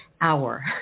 Hour